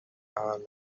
حال